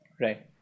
right